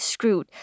Screwed